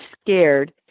scared